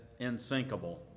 insinkable